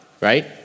right